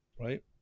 Right